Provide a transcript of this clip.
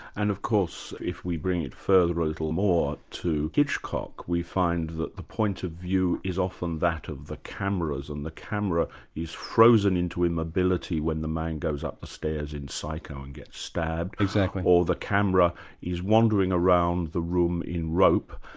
and of course if we bring it further a little more to hitchcock we find that the point of view is often that of the cameras and the camera is frozen into immobility when the man goes up the stairs in psycho and gets stabbed, or the camera is wandering around the room in rope,